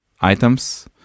items